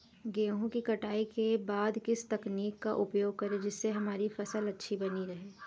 गेहूँ की कटाई के बाद किस तकनीक का उपयोग करें जिससे हमारी फसल अच्छी बनी रहे?